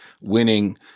winning